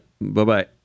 Bye-bye